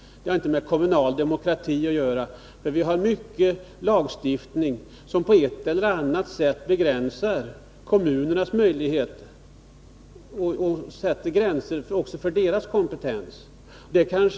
Men vi har mycket lagstiftning som på ett eller annat sätt begränsar kommunernas möjligheter och kompetens.